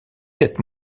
cette